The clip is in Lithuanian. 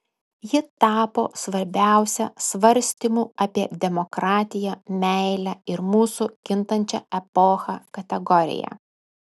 ji tapo svarbiausia svarstymų apie demokratiją meilę ir mūsų kintančią epochą kategorija